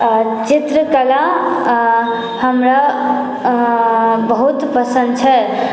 चित्रकला हमरा बहुत पसन्द छै